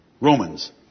Romans